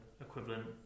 equivalent